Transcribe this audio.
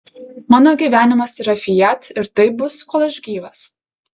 mano gyvenimas yra fiat ir taip bus kol aš gyvas